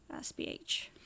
SBH